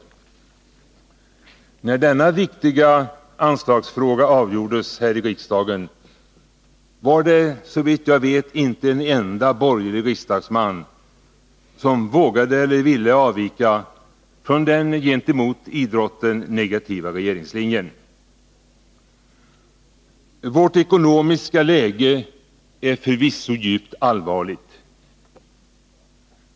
När denna viktiga anslagsfråga avgjordes här i riksdagen var det, såvitt jag vet, inte en enda borgerlig riksdagsman som vågade eller ville avvika från den gentemot idrotten negativa regeringslinjen. Vårt ekonomiska läge är förvisso djupt allvarligt!